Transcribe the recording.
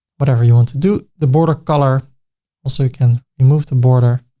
whatever you want to do, the border color also, you can remove the border.